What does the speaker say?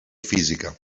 física